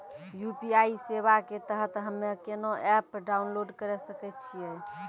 UPI सेवा के तहत हम्मे केना एप्प डाउनलोड करे सकय छियै?